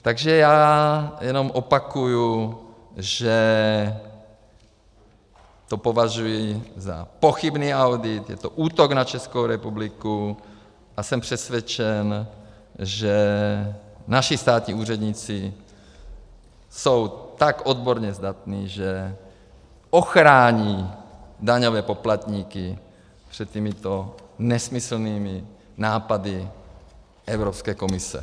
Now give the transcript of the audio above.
Takže já jenom opakuju, že to považuji za pochybný audit, je to útok na Českou republiku a jsem přesvědčen, že naši státní úředníci jsou tak odborně zdatní, že ochrání daňové poplatníky před těmito nesmyslnými nápady Evropské komise.